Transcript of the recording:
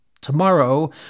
Tomorrow